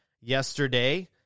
yesterday